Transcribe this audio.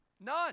none